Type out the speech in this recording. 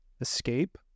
escape